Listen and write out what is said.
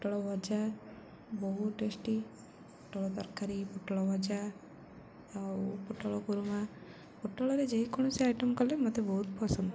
ପୋଟଳ ଭଜା ବହୁ ଟେଷ୍ଟି ପୋଟଳ ତରକାରୀ ପୋଟଳ ଭଜା ଆଉ ପୋଟଳ କୁରୁମା ପୋଟଳରେ ଯେକୌଣସି ଆଇଟମ୍ କଲେ ମତେ ବହୁତ ପସନ୍ଦ